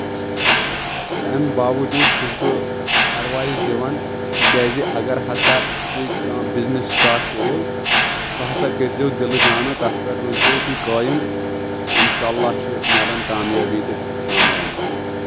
تہٕ اَمہِ باوجوٗد چھُس بہٕ اؠڈوایس دِوان تِکیازِ اگر ہسا تُہۍ کانٛہہ بِزنؠس سٹاٹ کٔرِو سُہ ہسا کٔرزیٚو دِلہٕ جانہٕ تتھ پؠٹھ روٗزیٚو تُہۍ قٲیِم تہٕ اِنشاء اللہ چھُ میلان کامیٲبی تہٕ کامرٲنی